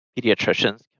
pediatricians